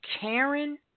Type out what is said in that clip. Karen